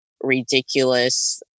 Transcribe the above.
ridiculous